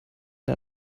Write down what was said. der